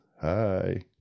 Hi